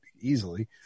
easily